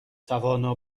توانا